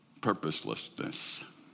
Purposelessness